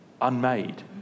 unmade